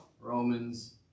Romans